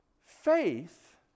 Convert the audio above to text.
faith